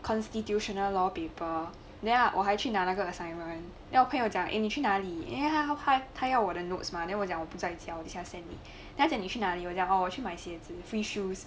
constitutional law paper ya 我还去拿那个 assignment then 我朋友讲 eh 你去哪里因为他他他要我的 notes mah then 我讲我不在家我现在 send 你 then 他讲你去那里 orh 我去买鞋子 free shoes